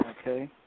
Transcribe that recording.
Okay